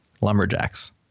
lumberjacks